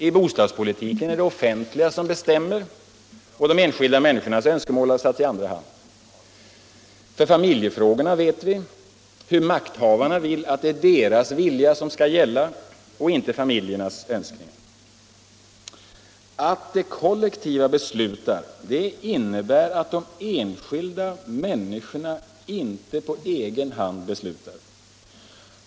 I bostadspolitiken är det det offentliga som bestämmer, och de enskilda människornas önskemål har satts i andra hand. För familjefrågorna vet vi hur statsmakterna vill att det är deras vilja som skall gälla och inte familjernas önskningar. Att det kollektiva skall besluta innebär att de enskilda människorna inte på egen hand beslutar.